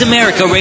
America